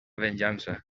venjança